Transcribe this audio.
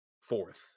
fourth